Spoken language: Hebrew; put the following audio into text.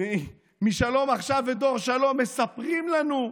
משלום עכשיו ודור שלום, מספרים לנו: